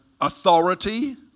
authority